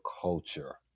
culture